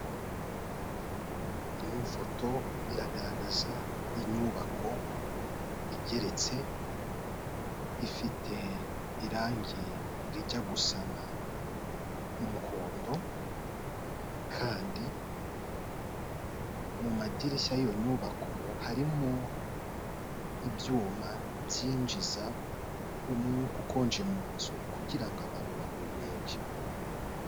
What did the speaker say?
Iyi foto iragaragaza inyubako igeretse, ifite irangi rijya gusa n'umuhondo kandi madirishya y'iyo nyubako harimo ibyuma byinjiza umwuka ukonje mu nzu, kugira ngo abantu bahumeke.